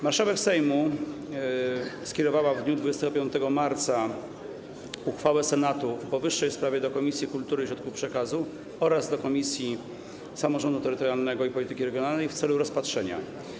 Marszałek Sejmu skierowała w dniu 25 marca uchwałę Senatu w powyższej sprawie do Komisji Kultury i Środków Przekazu oraz Komisji Samorządu Terytorialnego i Polityki Regionalnej w celu rozpatrzenia.